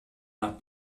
nach